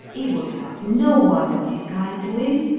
he would hurt no one that is kind to him.